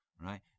right